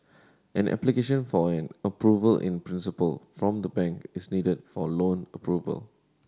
an application for an approval in principle from the bank is needed for loan approval